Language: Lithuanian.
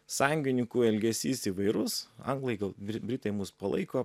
sąjungininkų elgesys įvairus anglai gal britai mus palaiko